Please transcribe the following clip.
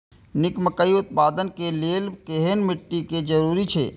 निक मकई उत्पादन के लेल केहेन मिट्टी के जरूरी छे?